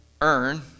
earn